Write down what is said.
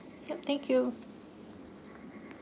yup thank you